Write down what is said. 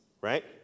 right